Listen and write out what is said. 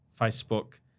Facebook